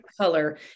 color